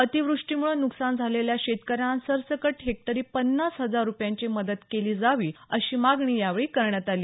अतीवृष्टीमुळं नुकसान झालेल्या शेतकऱ्यांना सरसकट हेक्टरी पन्नास हजार रुपयांची मदत केली जावी अशी मागणी यावेळी करण्यात आली